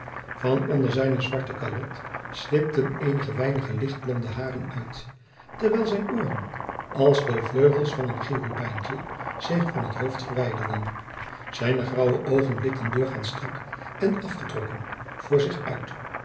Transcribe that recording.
van onder zijne zwarte kalot slipten eenige weinige lichtblonde hairen uit terwijl zijne ooren als de vleugels van een cherubijntje zich van het hoofd verwijderden zijne graauwe oogen blikten doorjacob van lennep de pleegzoon gaands strak en afgetrokken voor zich uit